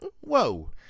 Whoa